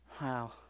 Wow